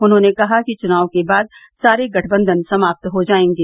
उन्होंने कहा कि चुनाव के बाद सारे गठबंधन समाप्त हो जायेंगे